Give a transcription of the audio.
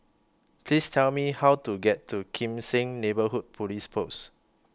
Please Tell Me How to get to Kim Seng Neighbourhood Police Post